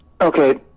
Okay